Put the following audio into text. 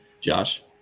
Josh